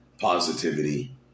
positivity